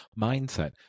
Mindset